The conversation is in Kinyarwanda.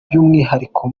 by’umwihariko